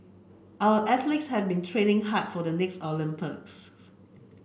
our athletes have been training hard for the next Olympics